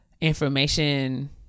information